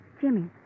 Jimmy